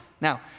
Now